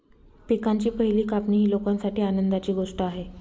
पिकांची पहिली कापणी ही लोकांसाठी आनंदाची गोष्ट आहे